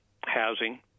housing